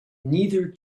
neither